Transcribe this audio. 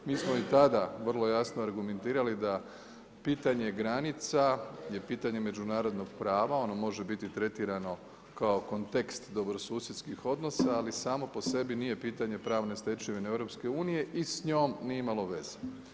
Mi smo i tada vrlo jasno argumentirali da pitanje granica je pitanje međunarodnog prava, ono može biti tretirano kao kontekst dobrosusjedskih odnosa ali samo po sebi nije pitanje pravne stečevine EU i s njom nije imalo veze.